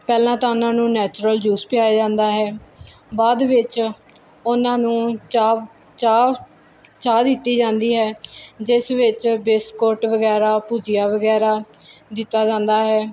ਪਹਿਲਾਂ ਤਾਂ ਉਹਨਾਂ ਨੂੰ ਨੈਚੁਰਲ ਜੂਸ ਪਿਆਇਆ ਜਾਂਦਾ ਹੈ ਬਾਅਦ ਵਿੱਚ ਉਹਨਾਂ ਨੂੰ ਚਾਹ ਚਾਹ ਚਾਹ ਦਿੱਤੀ ਜਾਂਦੀ ਹੈ ਜਿਸ ਵਿੱਚ ਬਿਸਕੁਟ ਵਗੈਰਾ ਭੁਜੀਆ ਵਗੈਰਾ ਦਿੱਤਾ ਜਾਂਦਾ ਹੈ